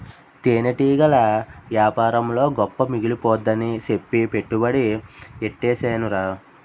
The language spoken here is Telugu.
తేనెటీగల యేపారంలో గొప్ప మిగిలిపోద్దని సెప్పి పెట్టుబడి యెట్టీసేనురా